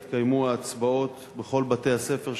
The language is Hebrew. יתקיימו ההצבעות בכל בתי-הספר,